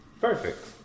perfect